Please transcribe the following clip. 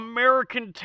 American